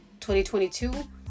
2022